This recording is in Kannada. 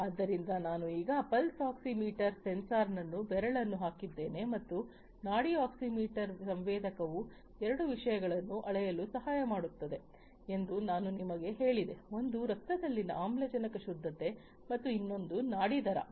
ಆದ್ದರಿಂದ ನಾನು ಈಗ ಪಲ್ಸ್ ಆಕ್ಸಿಮೀಟರ್ ಸೆನ್ಸಾರ್ಗೆ ನನ್ನ ಬೆರಳನ್ನು ಹಾಕಿದ್ದೇನೆ ಮತ್ತು ನಾಡಿ ಆಕ್ಸಿಮೀಟರ್ ಸಂವೇದಕವು ಎರಡು ವಿಷಯಗಳನ್ನು ಅಳೆಯಲು ಸಹಾಯ ಮಾಡುತ್ತದೆ ಎಂದು ನಾನು ನಿಮಗೆ ಹೇಳಿದೆ ಒಂದು ರಕ್ತದಲ್ಲಿನ ಆಮ್ಲಜನಕದ ಶುದ್ಧತ್ವ ಮತ್ತು ಇನ್ನೊಂದು ನಾಡಿ ಮಿಡಿತ